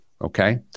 Okay